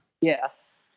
Yes